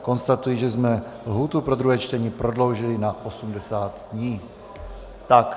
Konstatuji, že jsme lhůtu pro druhé čtení prodloužili na osmdesát dnů.